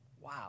Wow